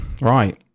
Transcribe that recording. right